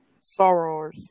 Sorrows